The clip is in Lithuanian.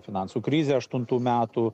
finansų krizę aštuntų metų